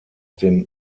dem